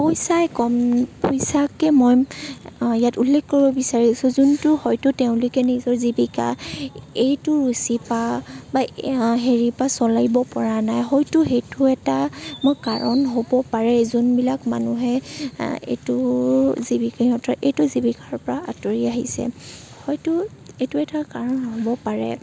পইচাই কম পইচাকেই মই আ ইয়াত উল্লেখ কৰিব বিচাৰিছোঁ যোনটো হয়তো তেওঁলোকে নিজৰ জীৱিকা এইটো ৰুচি পৰা বা হেৰি পৰা চলিব পৰা নাই হয়তো সেইটো এটা কাৰণ হ'ব পাৰে যোনবিলাক মানুহে আ এইটো জীৱিকাৰ সিহঁতৰ এইটো জীৱিকাৰ পৰা আঁতৰি আহিছে হয়তো এইটো এটা কাৰণ হ'ব পাৰে